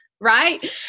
right